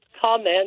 comment